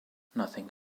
nothing